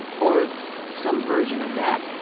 or some version of that.